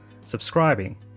subscribing